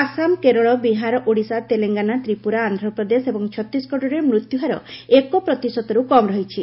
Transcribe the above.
ଆସାମ କେରଳ ବିହାର ଓଡ଼ିଶା ତେଲେଙ୍ଗାନା ତ୍ରିପୁରା ଆନ୍ଧ୍ରପ୍ରଦେଶ ଏବଂ ଛତିଶଗଡରେ ମୃତ୍ୟୁହାର ଏକ ପ୍ରତିଶତରୁ କମ୍ ରହିଛି